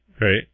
right